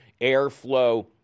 Airflow